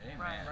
Amen